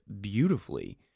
beautifully